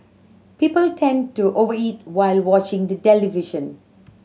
people tend to over eat while watching the television